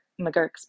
McGurk's